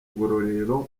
ngororero